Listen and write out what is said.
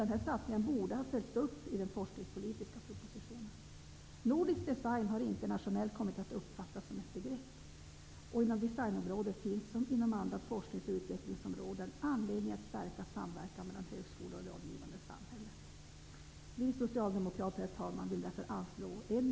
Denna satsning borde ha följts upp i den forskningspolitiska propositionen. Nordisk design har internationellt kommit att uppfattas som ett begrepp. Inom designområdet finns som inom andra forsknings och utvecklingsområden anledning att stärka samverkan mellan högskolorna och det omgivande samhället. Herr talman!